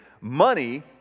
Money